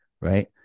right